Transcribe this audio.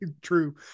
true